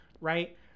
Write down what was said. Right